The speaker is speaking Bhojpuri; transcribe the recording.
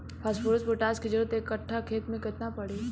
फॉस्फोरस पोटास के जरूरत एक कट्ठा खेत मे केतना पड़ी?